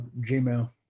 Gmail